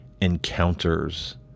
encounters